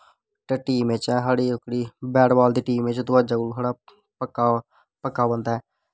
team च हैं साढ़ी ओह्कड़ी बैटबॉल दी टीम च तूं अज्जा कोला साढ़ा पक्का बंदा ऐं